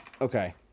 Okay